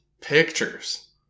pictures